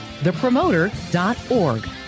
thepromoter.org